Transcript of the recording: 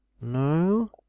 No